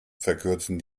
verkürzen